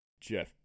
Jeff